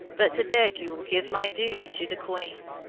but to beg you will give my duty to the queen,